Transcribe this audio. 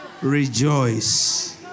Rejoice